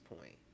point